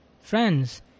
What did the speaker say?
friends